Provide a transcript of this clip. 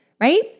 right